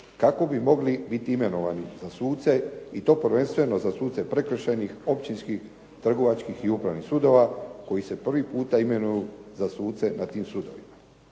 kako bi mogli biti imenovani za suce i to prvenstveno za suce prekršajnih, općinskih, trgovačkih i upravnih sudova koji se prvi puta imenuju za suce na tim sudovima.